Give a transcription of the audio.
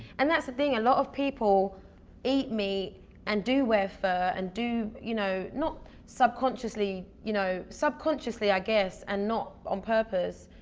and that's the thing, a lot of people eat meat and do wear fur and do, you know not subconsciously. you know subconsciously, i guess and not on purpose.